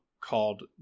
called